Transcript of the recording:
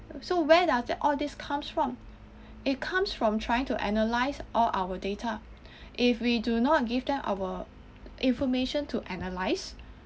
so where does all this comes from it comes from trying to analyse all our data if we do not give them our information to analyse